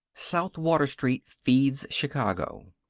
south water street feeds chicago.